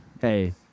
Hey